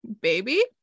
baby